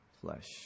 flesh